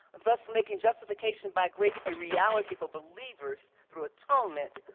thus making justification by grace a reality for believers through atonement,